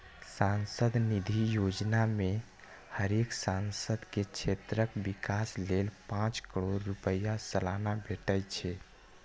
सांसद निधि योजना मे हरेक सांसद के क्षेत्रक विकास लेल पांच करोड़ रुपैया सलाना भेटे छै